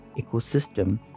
ecosystem